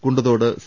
കുണ്ടു തോട് സി